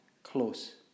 Close